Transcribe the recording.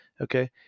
Okay